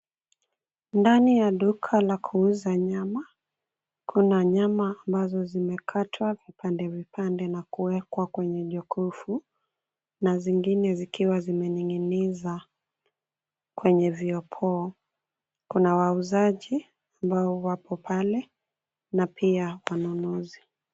Ndani ya duka la kuuza nyama. Kuna nyama ambazo zimekatwa vipande vipande na kuwekwa kwenye jokofu na zingine zikiwa zimening'nizwa kwenye viopoo. Kuna wauzaji ambao wako pale na pia wanunuzi.